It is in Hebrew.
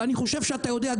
ואני חושב שאתה יודע,